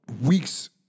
weeks